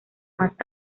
más